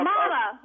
Mama